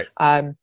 Right